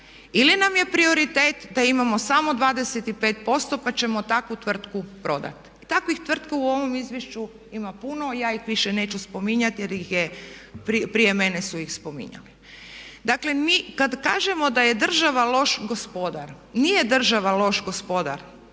ili nam je prioritet da imamo samo 25% pa ćemo takvu tvrtku prodati. I takvih tvrtki u ovom izvješću ima puno i ja ih više neću spominjati jer prije mene su ih spominjali. Dakle mi kad kažemo da je država loš gospodar, nije država loš gospodar